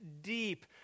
deep